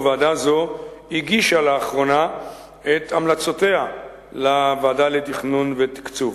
ועדה זו הגישה לאחרונה את המלצותיה לוועדה לתכנון ותקצוב.